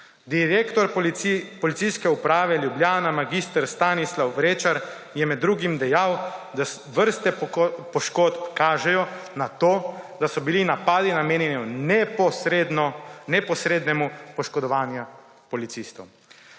Direktor Policijske uprave Ljubljana mag. Stanislav Vrečar je med drugim dejal, da vrste poškodb kažejo na to, da so bili napadi namenjeni neposrednemu poškodovanju policistov.